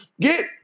Get